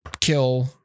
kill